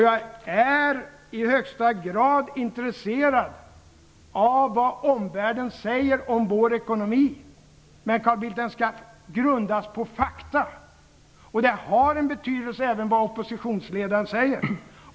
Jag är i högsta grad intresserad av vad omvärlden säger om vår ekonomi, men, Carl Bildt, det skall vara grundat på fakta. Och det har en betydelse även vad oppositionsledaren säger.